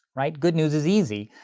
right? good news is easy,